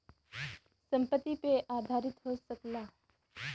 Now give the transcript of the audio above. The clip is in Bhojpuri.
संपत्ति पे आधारित हो सकला